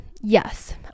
Yes